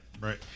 right